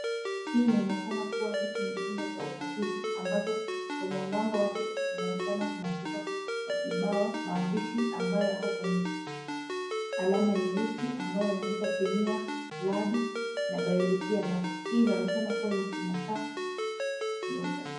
Hii inaonekana kuwa hiki ni chumba cha utafiti, ambacho kwenye mlango wake kunaonekana kumeandikwa kwa kibao maandishi ambayo yako kwenye alama nyeusi ambayo imeandikwa Kemia labi na Bayolojia labi . Hii inaonyeshana kuwa inakaa ni ya utafiti.